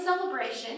celebration